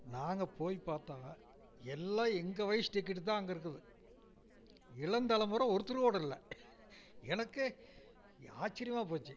நாங்கள் போய் பார்த்தா எல்லாம் எங்கள் வயசு டிக்கெட்டு தான் அங்கே இருக்குது இளம் தலமுறை ஒருத்தர் கூட இல்லை எனக்கே ய ஆச்சரியமா போச்சு